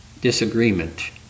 disagreement